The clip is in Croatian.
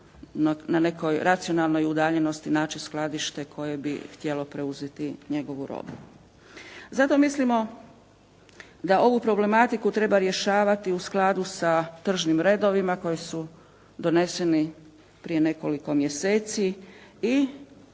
na nekoj racionalnoj udaljenosti naći skladište koje bi htjelo preuzeti njegovu robu. Zato mislimo da ovu problematiku treba rješavati u skladu sa tržnim redovima koji su doneseni prije nekoliko mjeseci i